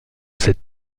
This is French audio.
cette